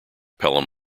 pelham